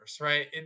right